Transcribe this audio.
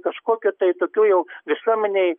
kažkokių tai tokių jau visuomenei